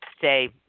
say